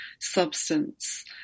substance